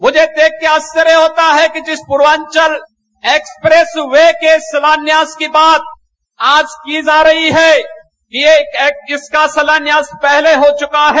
मुझे देख कर आश्चर्य होता है कि जिस पूर्वांचल एक्सप्रेस वे के शिलान्यास की बात आज की जा रही है कि ये इसका शिलान्यास पहले हो चुका है